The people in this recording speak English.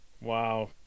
wow